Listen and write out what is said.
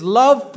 love